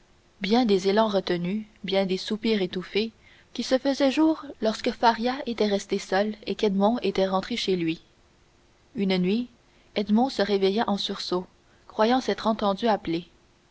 bien des élans retenus bien des soupirs étouffés qui se faisaient jour lorsque faria était resté seul et qu'edmond était rentré chez lui une nuit edmond se réveilla en sursaut croyant s'être entendu appeler